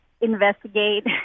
investigate